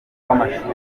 wamashuri